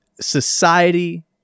Society